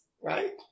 right